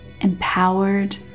empowered